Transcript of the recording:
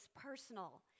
personal